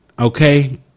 Okay